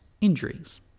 injuries